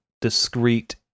discrete